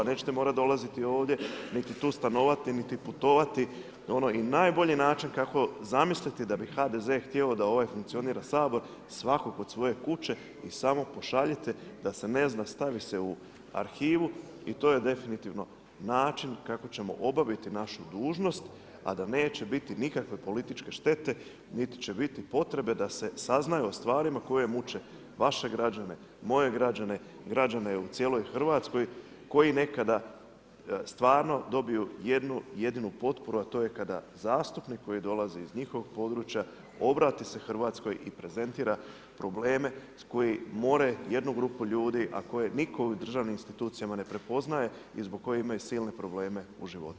Nećete morati dolaziti ovdje niti tu stanovati, niti putovati i najbolji način kako zamisliti da bi HDZ htio da funkcionira Sabor, svatko kod svoje kuće i samo pošaljite da se ne zna, stavi se u arhivu i to je definitivno način kako ćemo obaviti našu dužnost, a da neće biti nikakve političke štete, niti će biti potrebe da se saznaje o stvarima koje muče vaše građane, moje građane, građene u cijeloj RH koji nekada stvarno dobiju jednu-jedinu potporu, a to je kada zastupnik koji dolazi iz njihovog područja obrati se Hrvatskoj i prezentira probleme koji more jednu grupu ljudi, a koje nitko u državnim institucijama ne prepoznaje i zbog kojih imaju silne probleme u životu.